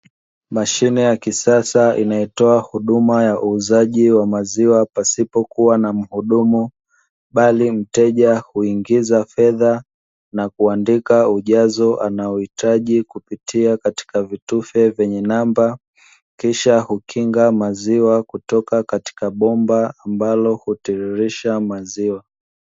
Mashine ya kisasa inayotoa huduma ya uuzaji wa maziwa pasipo kuwa na mhudumu, bali mteja huingiza fedha na kuandika ujazo anaohitaji kupitia katika vitufe vyenye namba, kisha hukinga maziwa kutoka katika bomba ambalo hutiririsha maziwa.